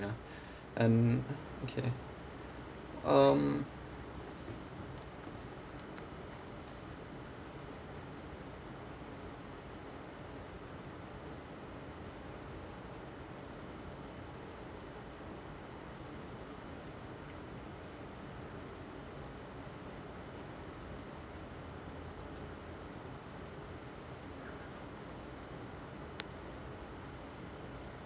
ya and okay um